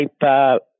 type